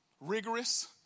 rigorous